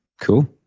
cool